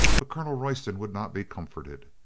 but colonel royston would not be comforted.